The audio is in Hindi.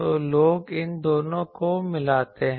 तो लोग इन दोनों को मिलाते हैं